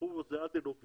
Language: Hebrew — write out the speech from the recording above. אנחנו